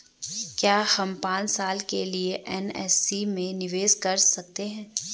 क्या हम पांच साल के लिए एन.एस.सी में निवेश कर सकते हैं?